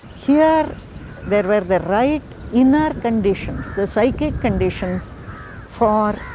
here there were the right inner conditions, the psychic conditions for ah and